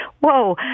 whoa